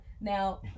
now